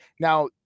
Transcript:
Now